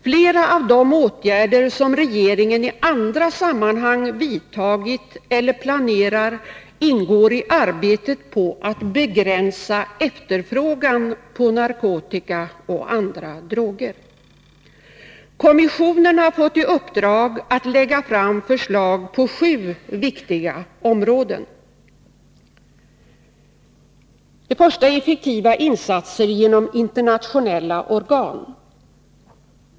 Flera av de åtgärder som regeringen i andra sammanhang vidtagit eller planerar ingår i arbetet på att begränsa efterfrågan på narkotika och andra droger. Kommissionen har fått i uppdrag att lägga fram förslag på sju viktiga områden: Det första området gäller effektiva insatser genom internationella organ.